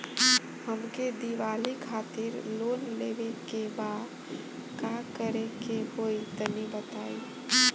हमके दीवाली खातिर लोन लेवे के बा का करे के होई तनि बताई?